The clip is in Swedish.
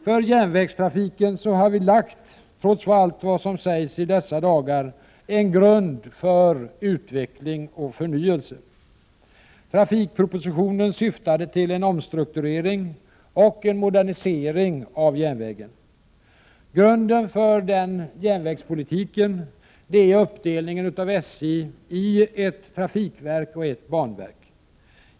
För järnvägstrafiken har vi, trots allt vad som sägs dessa dagar, lagt en grund för utveckling och förnyelse. Trafikpropositionen syftade till en omstrukturering och en modernisering av järnvägen. Grunden för den järnvägspolitiken är uppdelningen av SJ i ett trafikverk och ett banverk.